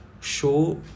show